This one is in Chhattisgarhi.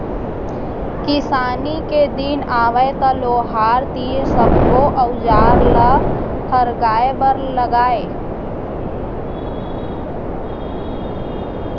किसानी के दिन आवय त लोहार तीर सब्बो अउजार ल फरगाय बर लागय